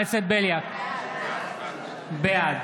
בליאק, בעד